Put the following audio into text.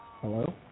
Hello